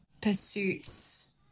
pursuits